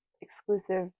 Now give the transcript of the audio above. exclusive